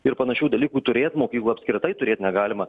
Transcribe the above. ir panašių dalykų turėt mokykloj apskritai turėt negalima